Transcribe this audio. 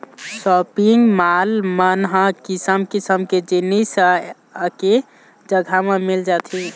shopping mall मन ह किसम किसम के जिनिस ह एके जघा म मिल जाथे